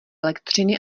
elektřiny